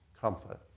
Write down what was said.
comfort